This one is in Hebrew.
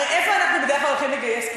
הרי איפה אנחנו בדרך כלל הולכים לגייס כסף?